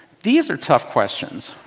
these are tough questions.